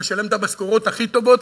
ולשלם את המשכורות הכי טובות,